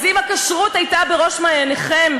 אז אם הכשרות הייתה בראש מעייניכם,